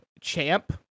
Champ